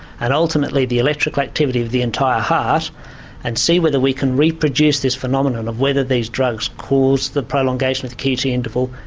and ultimately the electrical activity of the entire heart and see whether we can reproduce this phenomenon of whether these drugs cause the prolongation of the qt interval,